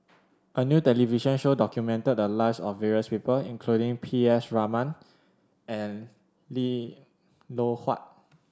a new television show documented the lives of various people including P S Raman and Lim Loh Huat